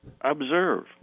observe